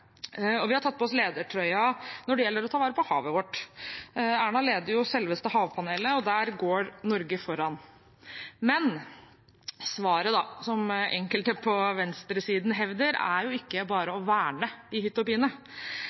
har tatt på oss ledertrøya når det gjelder å ta vare på havet vårt. Erna Solberg leder selveste havpanelet, og der går Norge foran. Men svaret er ikke, som enkelte på venstresiden hevder, bare å verne i